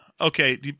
Okay